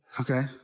Okay